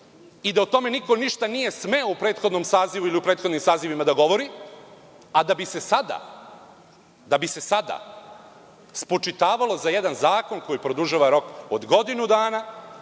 O tome niko ništa nije smeo u prethodnom sazivu ili u prethodnim sazivima da govori, da bi se sada počitavalo za jedan zakon koji produžava rok od godinu dana,